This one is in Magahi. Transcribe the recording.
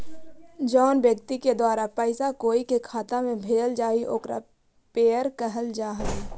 जउन व्यक्ति के द्वारा पैसा कोई के खाता में भेजल जा हइ ओकरा पेयर कहल जा हइ